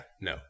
No